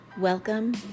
welcome